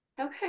Okay